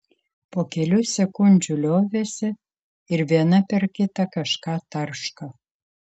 po kelių sekundžių liovėsi ir viena per kitą kažką tarška